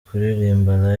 kuririmba